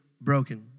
broken